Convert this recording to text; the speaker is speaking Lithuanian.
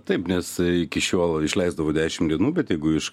taip nes iki šiol išleisdavo dešim dienų bet jeigu iš